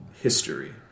history